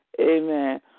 amen